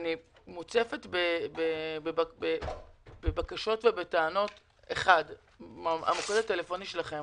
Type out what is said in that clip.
אני מוצפת בבקשות ובטענות שהמוקד הטלפוני שלכם